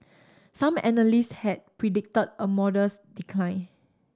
some analysts had predicted a modest decline